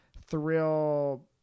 thrill